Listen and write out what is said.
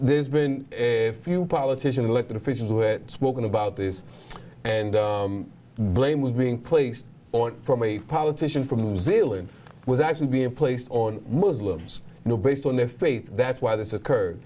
there's been a few politician elected officials who had spoken about this and blame was being placed on from a politician from new zealand with actually being placed on muslims you know based on their faith that's why this occurred